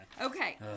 Okay